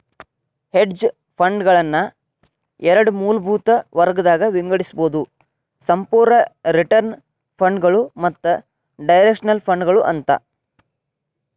hedge ಫಂಡ್ಗಳನ್ನ ಎರಡ್ ಮೂಲಭೂತ ವರ್ಗಗದಾಗ್ ವಿಂಗಡಿಸ್ಬೊದು ಸಂಪೂರ್ಣ ರಿಟರ್ನ್ ಫಂಡ್ಗಳು ಮತ್ತ ಡೈರೆಕ್ಷನಲ್ ಫಂಡ್ಗಳು ಅಂತ